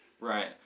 Right